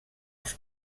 els